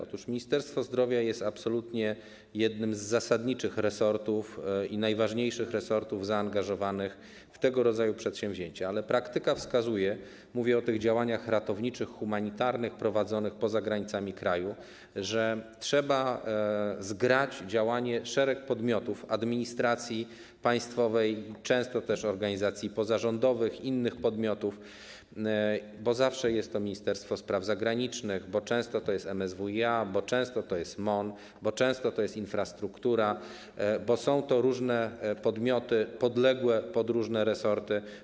Otóż Ministerstwo Zdrowia jest absolutnie jednym z zasadniczych resortów i najważniejszych resortów zaangażowanych w tego rodzaju przedsięwzięcia, ale praktyka wskazuje - mówię o tych działaniach ratowniczych, humanitarnych prowadzonych poza granicami kraju - że trzeba zgrać działanie szeregu podmiotów: administracji państwowej, często też organizacji pozarządowych, innych podmiotów, bo zawsze jest to Ministerstwo Spraw Zagranicznych, bo często są to MSWiA, MON, bo często jest to infrastruktura, bo są to różne podmioty podległe pod różne resorty.